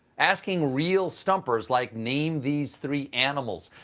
asking real stumpers like name these three animals.